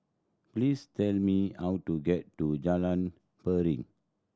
please tell me how to get to Jalan Piring